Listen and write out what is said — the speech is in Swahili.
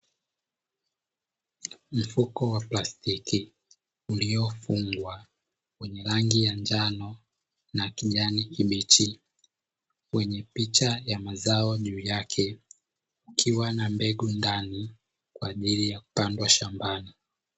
Mfuko wa plastiki uliofungwa, wenye rangi ya njano na kijani kibichi, wenye picha ya mazao juu yake. Ukiwa na mbegu ndani kwa ajili ya kupandwa shambani.